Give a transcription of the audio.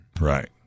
Right